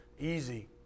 easy